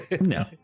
No